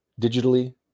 digitally